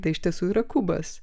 tai iš tiesų yra kubas